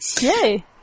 Yay